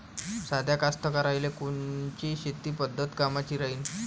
साध्या कास्तकाराइले कोनची शेतीची पद्धत कामाची राहीन?